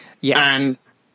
Yes